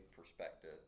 perspective